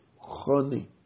honey